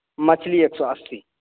मछली एक सए अस्सी